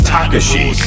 Takashi